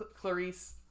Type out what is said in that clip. Clarice